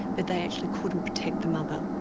but they actually couldn't protect the mother.